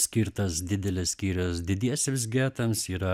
skirtas didelis skyrius didiesiems getams yra